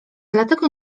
dlatego